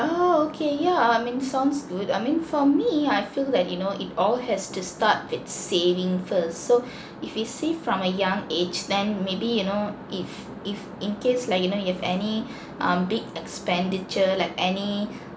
oh okay yeah uh I mean sounds good I mean for me I feel that you know it all has to start with saving first so if you save from a young age then maybe you know if if in case like you know if you have any um big expenditure like any